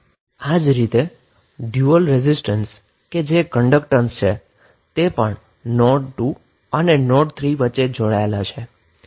આ જ રીતે રેઝિસ્ટન્સ ડયુઅલ કે જે કન્ડક્ટન્સ છે તે પણ નોડ 2 અને નોડ 3 વચ્ચે જોડાયેલ હશે